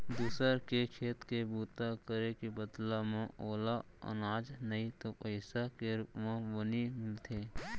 दूसर के खेत के बूता करे के बदला म ओला अनाज नइ तो पइसा के रूप म बनी मिलथे